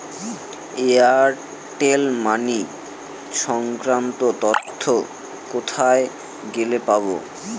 Airtel Money সংক্রান্ত তথ্য কোথায় গেলে পাব?